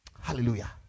hallelujah